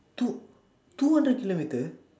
two two hundred kilometer